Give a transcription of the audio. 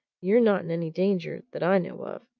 you're not in any danger that i know of.